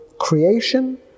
creation